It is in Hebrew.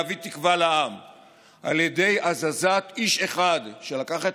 להביא תקווה לעם על ידי הזזת איש אחד שלקח את